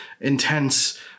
intense